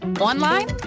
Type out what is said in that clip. Online